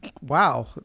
Wow